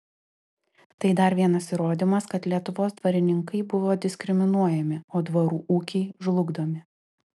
tai dar vienas įrodymas kad lietuvos dvarininkai buvo diskriminuojami o dvarų ūkiai žlugdomi